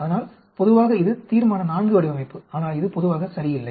அதனால் பொதுவாக இது தீர்மான IV வடிவமைப்பு ஆனால் இது பொதுவாக சரியில்லை